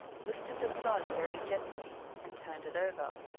lifted the sod very gently, and turned it over.